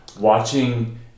watching